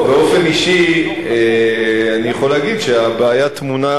באופן אישי אני יכול להגיד שהבעיה טמונה